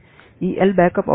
ఈ L backup అవుతుంది